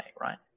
right